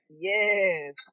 Yes